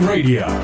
Radio